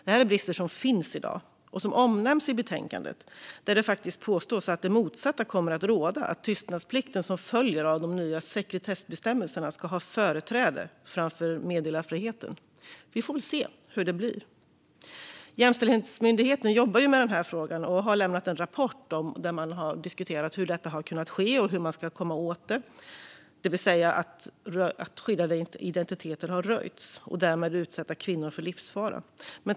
Detta är brister som finns i dag och som omnämns i betänkandet, där det faktiskt påstås att det motsatta kommer att råda, nämligen att tystnadsplikten som följer av de nya sekretessbestämmelserna ska ha företräde framför meddelarfriheten. Vi får väl se hur det blir. Jämställdhetsmyndigheten jobbar med den här frågan och har lämnat en rapport där man diskuterar hur detta har kunnat ske och hur man ska komma åt det, det vill säga att skyddade identiteter har röjts och att kvinnor därmed har utsatts för livsfara.